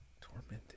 Tormented